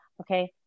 okay